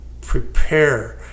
prepare